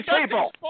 people